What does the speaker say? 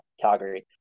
Calgary